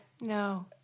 No